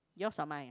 yours or mine